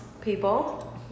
people